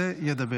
אוי,